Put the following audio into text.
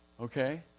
okay